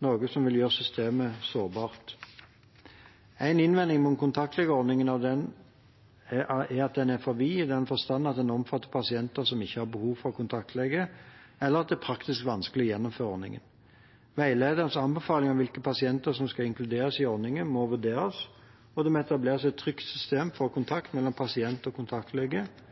noe som vil gjøre systemet sårbart. En innvending mot kontaktlegeordningen er at den er for vid, i den forstand at den omfatter pasienter som ikke har behov for kontaktlege, eller at det er praktisk vanskelig å gjennomføre ordningen. Veilederens anbefalinger om hvilke pasienter som skal inkluderes i ordningen, må vurderes, og det må etableres et trygt system for kontakt mellom pasient og